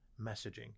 messaging